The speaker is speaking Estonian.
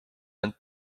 end